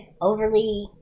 overly